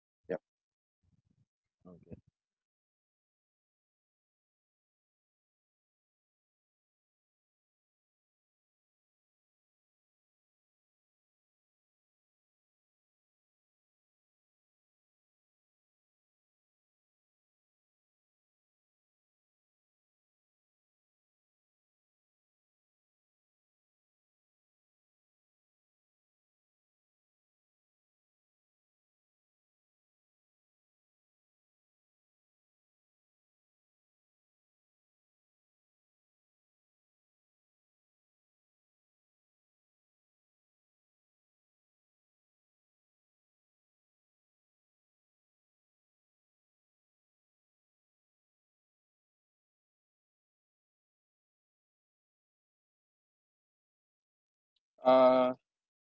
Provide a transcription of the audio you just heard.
yup okay uh